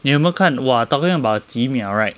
你有没有看 !wah! talking about 几秒 right